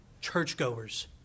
churchgoers